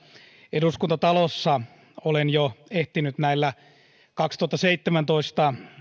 eduskuntatalossa olen jo ehtinyt näillä vuoden kaksituhattaseitsemäntoista